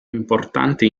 importante